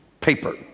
paper